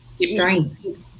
strength